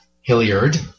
Hilliard